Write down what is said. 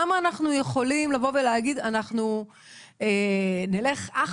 עד כמה אנחנו יכולים לבוא ולהגיד: אנחנו נלך אך